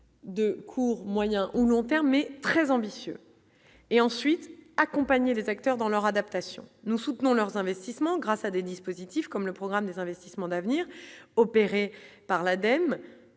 de cours moyen ou long terme est très ambitieux et ensuite accompagné des acteurs dans leur adaptation, nous soutenons leurs investissements grâce à des dispositifs comme le programme des investissements d'avenir opéré par l'Adem